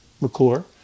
McClure